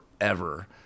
forever